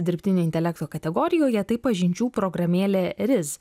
dirbtinio intelekto kategorijoje tai pažinčių programėlė riz